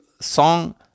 song